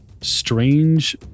strange